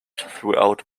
throughout